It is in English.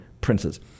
princes